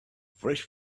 fresh